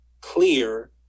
Clear